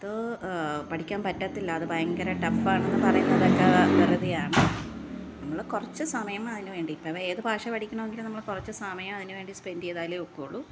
അത് പഠിക്കാന് പറ്റത്തില്ല അത് ഭയങ്കര ടഫ്ഫാണെന്ന് പറയുന്നതൊക്കെ വെറുതെയാണ് നമ്മൾ കുറച്ച് സമയം അതിന് വേണ്ടി ഇപ്പം ഏത് ഭാഷ പഠിക്കണമെങ്കിലും നമ്മൾ കുറച്ച് സമയം അതിനു വേണ്ടി സ്പെന്ഡ് ചെയ്താലെ ഒക്കുകയുള്ളൂ